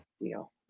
deal